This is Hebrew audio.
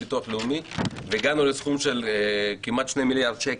ביטוח לאומי והגענו לסכום של כמעט שני מיליארד שקל.